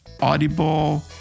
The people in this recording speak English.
audible